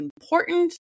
important